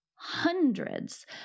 Hundreds